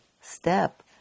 step